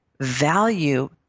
value